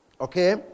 Okay